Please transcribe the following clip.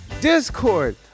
Discord